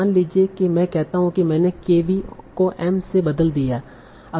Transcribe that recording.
मान लीजिए कि मैं कहता हूं कि मेने kV को m से बदल दिया है